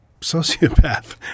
sociopath